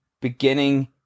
beginning